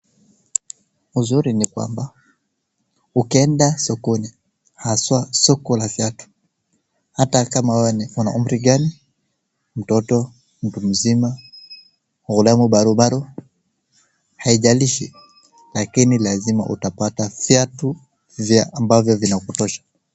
Uzuri ni kwamba ukienda sokoni haswa soko la viatu hata kama wewe una umri mgani mtoto, mtumzima, ghulamu barobaro haijalishi lakini lazima utapata viatu vya ambavyo vinakutosha.